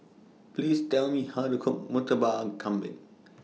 Please Tell Me How to Cook Murtabak Kambing